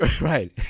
Right